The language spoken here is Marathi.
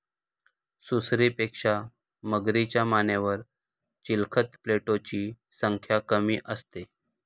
सुसरीपेक्षा मगरीच्या मानेवर चिलखत प्लेटोची संख्या कमी असते